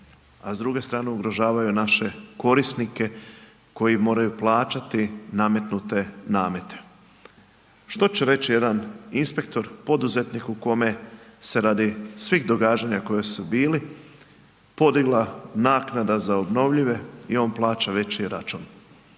a s druge strane ugrožavaju naše korisnike koji moraju plaćati nametnute namete. Što će reći jedan inspektor, poduzetnik o kome se radi svih događanja koji su bili, podigla naknada za obnovljive i on plaća veći račun?